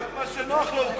רק מה שנוח לו הוא קורא.